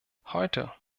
heute